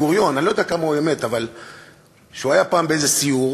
אני לא יודע כמה הוא אמת, שהוא היה פעם באיזה סיור